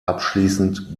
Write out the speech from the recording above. abschließend